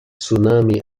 tsunami